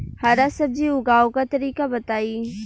हरा सब्जी उगाव का तरीका बताई?